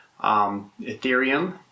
Ethereum